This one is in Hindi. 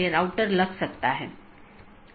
जिसके माध्यम से AS hops लेता है